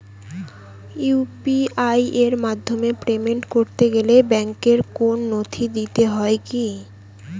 UPI এর মাধ্যমে payment করতে গেলে ব্যাংকের কোন নথি দিতে হয় কি?